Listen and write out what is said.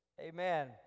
Amen